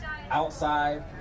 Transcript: outside